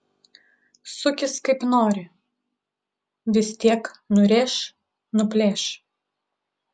sukis kaip nori vis tiek nurėš nuplėš